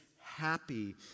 happy